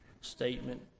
Statement